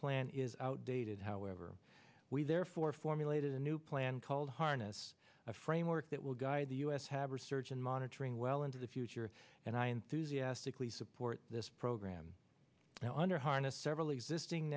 plan is outdated however we therefore formulated a new plan called harness a framework that will guide the us have research and monitoring well into the future and i enthusiastically support this program now under harness several existing